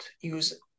use